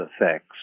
effects